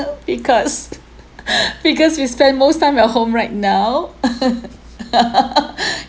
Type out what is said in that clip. because because we spend most time at home right now